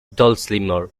dulcimer